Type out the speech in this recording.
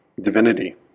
divinity